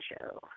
show